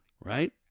Right